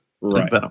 Right